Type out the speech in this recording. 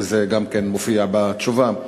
וזה גם מופיע בתשובה.